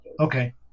Okay